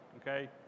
Okay